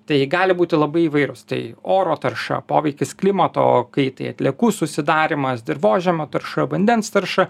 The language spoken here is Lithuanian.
tai gali būti labai įvairūs tai oro tarša poveikis klimato kaitai atliekų susidarymas dirvožemio tarša vandens tarša